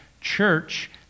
church